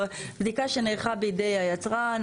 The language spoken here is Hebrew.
בדיקה שנערכה בידי היצרן.